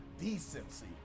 decency